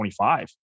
25